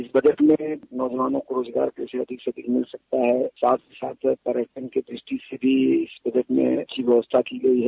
इस बजट में नौजवानों को रोजगार अधिक से मिल सकता है साथ साथ पर्यटन की द्रष्टि से भी इस बजट में अच्छी व्यवस्था की गई है